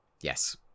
Yes